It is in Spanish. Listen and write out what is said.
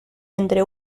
entre